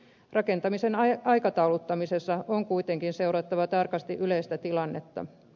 rakentamisen aikatauluttamisessa on kuitenkin seurattava tarkasti yleistä tilannetta